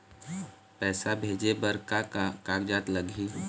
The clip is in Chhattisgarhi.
पैसा भेजे बर का का कागज लगही?